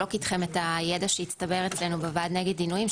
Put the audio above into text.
לחלוק איתכם את הידע שהצטבר אצלנו בוועד נגד עינויים,